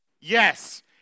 Yes